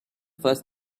first